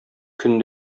көн